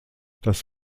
das